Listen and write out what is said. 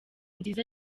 nziza